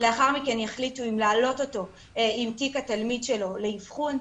לאחר מכן יחליטו אם להעלות אותו עם תיק התלמיד שלו לאבחון,